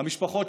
המשפחות,